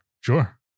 Sure